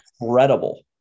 Incredible